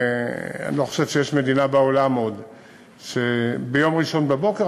אני לא חושב שיש עוד מדינה בעולם שביום ראשון בבוקר,